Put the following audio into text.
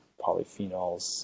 polyphenols